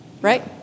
right